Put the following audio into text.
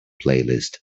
playlist